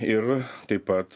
ir taip pat